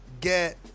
get